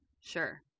sure